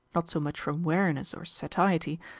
not so much from weariness or satiety,